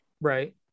Right